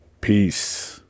Peace